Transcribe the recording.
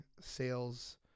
sales